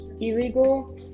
illegal